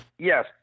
Yes